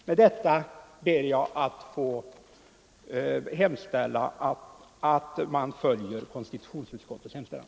Med detta ber jag att få yrka bifall till utskottets hemställan. Politiskt partis